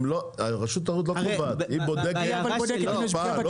רשות התחרות לא קובעת, היא בודקת השפעה.